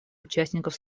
участников